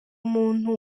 umuntu